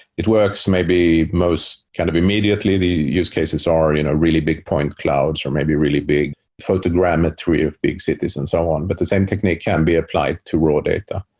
it works maybe most kind of immediately. the use cases are in a really big point clouds, or maybe really big photogrametry of big cities and so on, but the same technique can be applied to raw data.